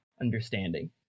understanding